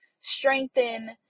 strengthen